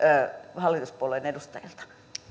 hallituspuolueiden edustajilta puheenvuoroja